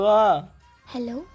Hello